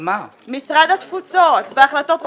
משרד התפוצות, והחלטות רוחביות,